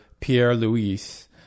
Pierre-Louis